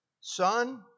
Son